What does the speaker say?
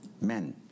men